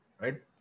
Right